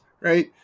right